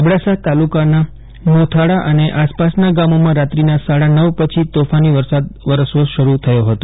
અબડાસા તાલુકાના મોથાળા અને અાસપાસના ગામોમાં રાત્રીના સાડા નવ પછી તોફાની વરસાદ વરસવો શરુ થયોલ ફતો